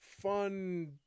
fun